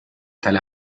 tale